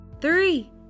three